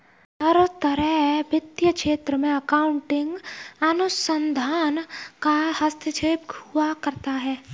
हर तरह के वित्तीय क्षेत्र में अकाउन्टिंग अनुसंधान का हस्तक्षेप हुआ करता है